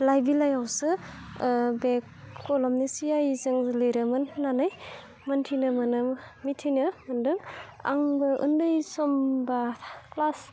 लाइ बिलाइयावसो बे कलमनि सिआईजों लिरोमोन होननानै मोनथिनो मोनो मिथिनो मोन्दों आंबो ओन्दै समबा क्लास